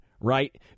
right